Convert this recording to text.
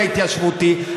ההתיישבותי.